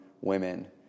women